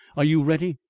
are you ready?